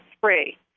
three